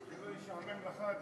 שלא ישעמם לך,